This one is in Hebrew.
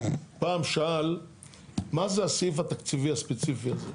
פעם שאל מה זה הסעיף התקציבי הספציפי הזה.